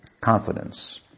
confidence